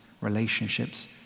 relationships